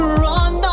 run